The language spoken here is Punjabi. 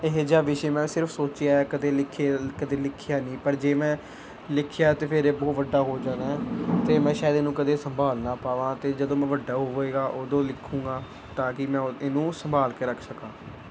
ਇਹ ਜਿਹਾ ਵਿਸ਼ੇ ਮੈਂ ਸਿਰਫ ਸੋਚਿਆ ਕਦੇ ਲਿਖੇ ਕਦੇ ਲਿਖਿਆ ਨਹੀਂ ਪਰ ਜੇ ਮੈਂ ਲਿਖਿਆ ਤਾਂ ਫਿਰ ਇਹ ਬਹੁਤ ਵੱਡਾ ਹੋ ਜਾਣਾ ਅਤੇ ਮੈਂ ਸ਼ਾਇਦ ਇਹਨੂੰ ਕਦੇ ਸੰਭਾਲ ਨਾ ਪਾਵਾਂ ਅਤੇ ਜਦੋਂ ਮੈਂ ਵੱਡਾ ਹੋਵੇਗਾ ਉਦੋਂ ਲਿਖੂਗਾ ਤਾਂ ਕਿ ਮੈਂ ਉਹ ਇਹਨੂੰ ਸੰਭਾਲ ਕੇ ਰੱਖ ਸਕਾਂ